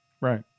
Right